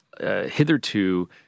hitherto